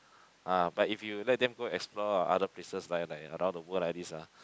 ah but if you let them go explore ah other places like like around the world like this ah